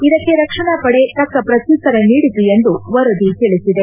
ಇದಕ್ಕೆ ರಕ್ಷಣಾ ಪಡೆ ತಕ್ಕ ಪ್ರತ್ಯುತ್ತರ ನೀಡಿತು ಎಂದು ವರದಿ ತಿಳಿಸಿದೆ